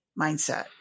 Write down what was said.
mindset